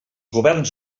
governs